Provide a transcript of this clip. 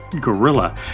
gorilla